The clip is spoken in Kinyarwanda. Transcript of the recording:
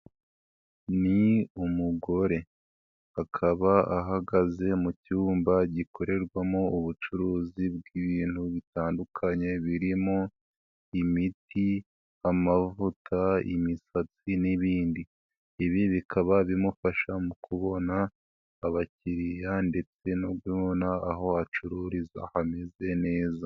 Ni umugore akaba ahagaze mu cyumba gikorerwamo ubucuruzi bw'ibintu bitandukanye birimo imiti, amavuta, imisati n'ibindi, ibi bikaba bimufasha mu kubona abakiriya ndetse no kubona aho acururiza hameze neza.